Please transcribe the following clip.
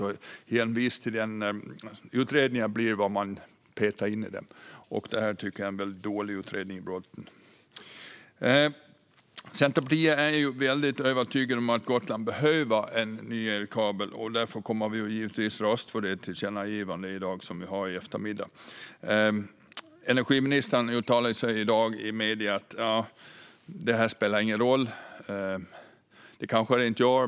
Utredningar blir vad de blir beroende på vad man petar in i dem. Och detta tycker jag är en mycket dålig utredning. Vi i Centerpartiet är mycket övertygade om att Gotland behöver en ny elkabel. Därför kommer vi givetvis i eftermiddag att rösta för det tillkännagivande som vi har. Energiministern uttalade sig i dag i medierna om att detta inte spelar någon roll. Det kanske det inte gör.